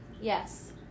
Yes